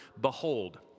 behold